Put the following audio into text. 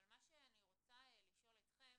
מה שאני רוצה לשאול אתכם,